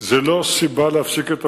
זה לא סיבה להפסיק את תפקידו.